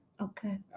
okay